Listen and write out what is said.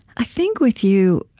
i think, with you,